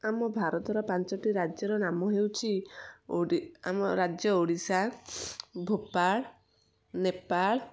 ଆମ ଭାରତର ପାଞ୍ଚଟି ରାଜ୍ୟର ନାମ ହେଉଛି ଆମ ରାଜ୍ୟ ଓଡ଼ିଶା ଭୋପାଳ ନେପାଳ